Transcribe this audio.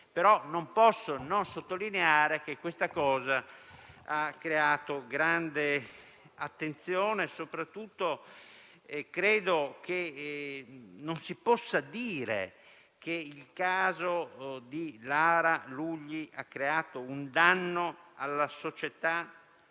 però non posso non sottolineare che questa vicenda ha suscitato grande attenzione e soprattutto credo non si possa dire che Lara Lugli ha arrecato un danno alla società